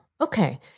Okay